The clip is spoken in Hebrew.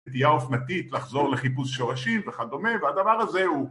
תהיה אופנתית לחזור לחיפוש שורשים וכדומה והדבר הזה הוא